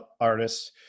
artists